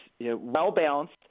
well-balanced